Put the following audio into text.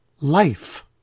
life